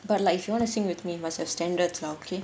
but like if you wanna sing with me must have standards lor okay